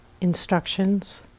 instructions